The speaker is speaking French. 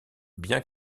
bien